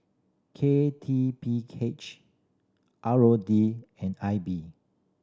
K T P H R O D and I B